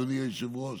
אדוני היושב-ראש,